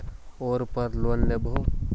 ओरापर लोन लेवै?